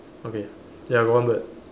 okay ya got one bird